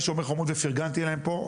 אחרי "שומר החומות" פרגנתי להם פה,